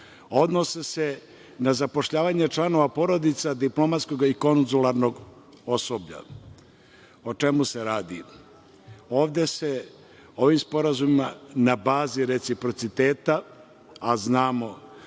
odnose se na zapošljavanje članova porodica diplomatskog i konzularnog osoblja. O čemu se radi? Ovde se ovim sporazumima na bazi reciprociteta, a znamo